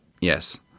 Yes